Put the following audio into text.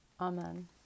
Amen